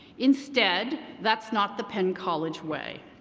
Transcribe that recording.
instead, that's not the penn college way.